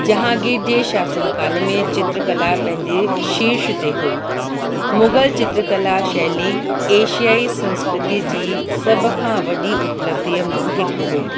जहांगीर जे शासन काल में चित्रकला पंहिंजे शीश ते हुई मुगल चित्रकला शैली एशियाई संस्कृति जी सभ खां वॾी उप्लबधीअ मां हिकु हुई